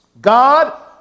God